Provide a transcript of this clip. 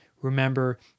Remember